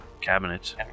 Cabinets